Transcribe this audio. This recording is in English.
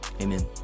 Amen